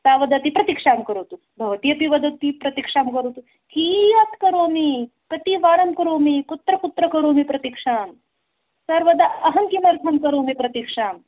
सा वदति प्रतीक्षां करोतु भवतीपि वदति प्रतीक्षां करोतु कियत् करोमि कति वारं करोमि कुत्र कुत्र करोमि प्रतीक्षां सर्वदा अहं किमर्थं करोमि प्रतीक्षां